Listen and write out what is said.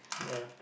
ya